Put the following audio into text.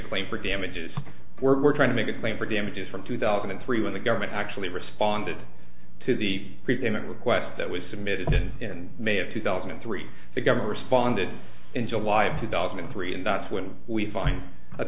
claim for damages we're trying to make a claim for damages from two thousand and three when the government actually responded to the present request that was submitted in may of two thousand and three the governor responded in july of two thousand and three and that's when we find